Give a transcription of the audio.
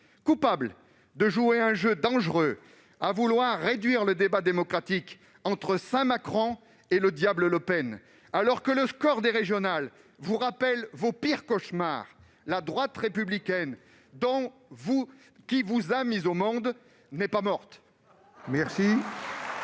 Coupable de jouer un jeu dangereux, en voulant réduire le débat démocratique à un affrontement entre saint Macron et le diable Le Pen. Alors que votre score aux régionales vous rappelle vos pires cauchemars, la droite républicaine, qui vous a mis au monde, n'est pas morte